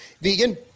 Vegan